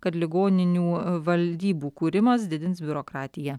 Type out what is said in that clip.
kad ligoninių valdybų kūrimas didins biurokratiją